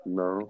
no